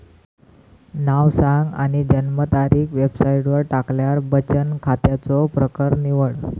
नाव सांग आणि जन्मतारीख वेबसाईटवर टाकल्यार बचन खात्याचो प्रकर निवड